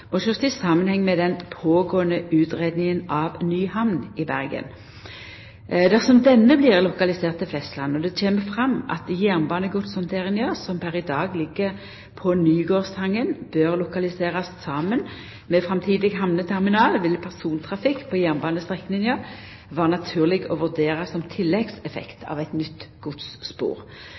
i samanheng med den pågåande utgreiinga av ny hamn i Bergen. Dersom denne blir lokalisert til Flesland, og det kjem fram at jernbanegodshandteringa, som per i dag ligg på Nygårdstangen, bør lokaliserast saman med framtidig hamneterminal, vil persontrafikk på jernbanestrekninga vera naturleg å vurdera som tilleggseffekt av eit nytt